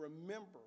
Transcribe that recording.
remember